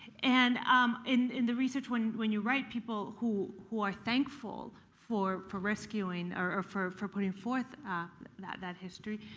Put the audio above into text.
and um in in the research when when you write, people who who are thankful for for rescuing or for for putting forth that that history,